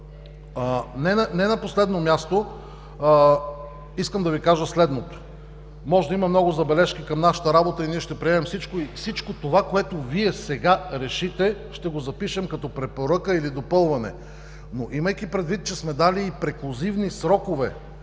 Не на последно място, искам да Ви кажа следното: може да има много забележки към нашата работа и ние ще приемем всичко и всичко това, което Вие сега решите, ще го запишем като препоръка или допълване. Имайки предвид, че сме дали и преклузивни срокове